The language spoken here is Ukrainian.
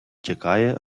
чекає